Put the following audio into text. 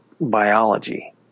biology